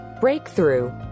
Breakthrough